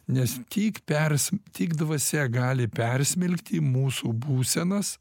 nes tik pers tik dvasia gali persmelkti mūsų būsenas